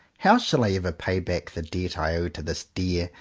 how shall i ever pay back the debt i owe to this dear,